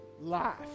life